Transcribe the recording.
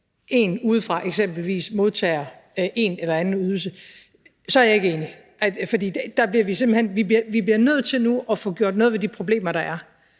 en udefra eksempelvis modtager en eller anden ydelse, så er jeg ikke enig. For vi bliver simpelt hen nødt til nu at få gjort noget ved de problemer, der er.